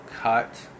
cut